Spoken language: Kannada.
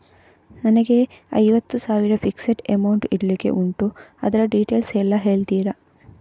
ನನಗೆ ಐವತ್ತು ಸಾವಿರ ಫಿಕ್ಸೆಡ್ ಅಮೌಂಟ್ ಇಡ್ಲಿಕ್ಕೆ ಉಂಟು ಅದ್ರ ಡೀಟೇಲ್ಸ್ ಎಲ್ಲಾ ಹೇಳ್ತೀರಾ?